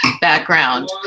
background